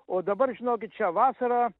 o dabar žinokit šią vasarą